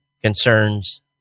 concerns